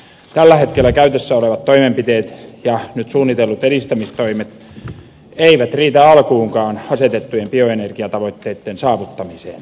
tällä hetkellä käytössä olevat toimenpiteet ja nyt suunnitellut edistämistoimet eivät riitä alkuunkaan asetettujen bioenergiatavoitteitten saavuttamiseen